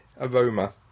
aroma